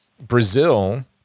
Brazil